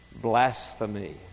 blasphemy